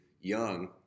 young